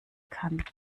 kann